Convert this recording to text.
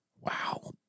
Wow